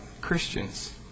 Christians